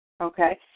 Okay